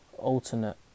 alternate